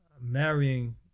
marrying